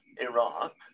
Iraq